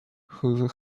who